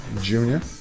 junior